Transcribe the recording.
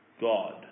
God